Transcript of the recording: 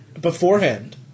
Beforehand